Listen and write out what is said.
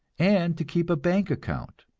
and to keep a bank account.